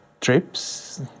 trips